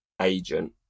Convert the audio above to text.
agent